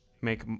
make